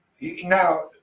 Now